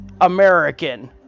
American